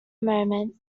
moment